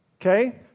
okay